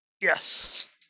Yes